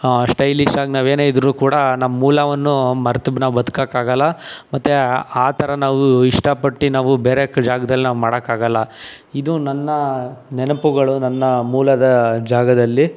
ಸ್ಟೈಲಿಶ್ಶಾಗಿ ನಾವು ಏನೇ ಇದ್ದರೂ ಕೂಡ ನಮ್ಮ ಮೂಲವನ್ನು ಮರ್ತು ಬ್ ನಾವು ಬದ್ಕೋಕ್ಕಾಗಲ್ಲ ಮತ್ತು ಆ ಥರ ನಾವು ಇಷ್ಟಪಟ್ಟು ನಾವು ಬೇರೆ ಕ್ ಜಾಗ್ದಲ್ಲಿ ನಾವು ಮಾಡೋಕ್ಕಾಗಲ್ಲ ಇದು ನನ್ನ ನೆನಪುಗಳು ನನ್ನ ಮೂಲದ ಜಾಗದಲ್ಲಿ